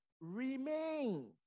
remains